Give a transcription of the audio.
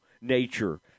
nature